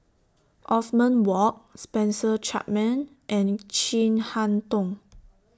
Othman Wok Spencer Chapman and Chin Harn Tong